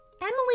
Emily